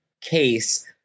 case